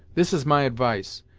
this is my advice,